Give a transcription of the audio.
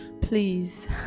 Please